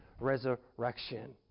resurrection